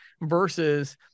Versus